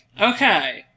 Okay